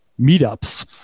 meetups